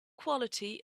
quality